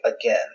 again